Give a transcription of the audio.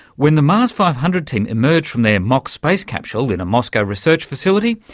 when the mars five hundred team emerged from their mock space capsule in a moscow research facility,